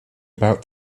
about